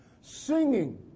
Singing